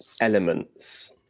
elements